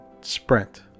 Sprint